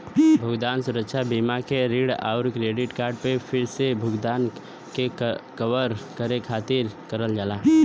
भुगतान सुरक्षा बीमा के ऋण आउर क्रेडिट कार्ड पे फिर से भुगतान के कवर करे खातिर करल जाला